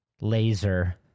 Laser